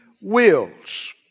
wills